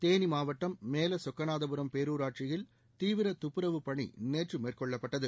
தேனி மாவட்டம் மேலசொக்கனாதபுரம் பேரூராட்சியில் தீவிர துப்புரவுப் பணி நேற்று மேற்கொள்ளப்பட்டது